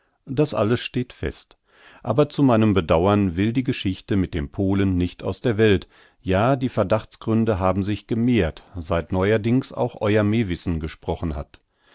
das alles steht fest aber zu meinem bedauern will die geschichte mit dem polen nicht aus der welt ja die verdachtsgründe haben sich gemehrt seit neuerdings auch euer mewissen gesprochen hat